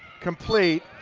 complete.